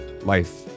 life